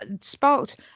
sparked